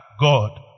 God